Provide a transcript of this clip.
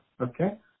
Okay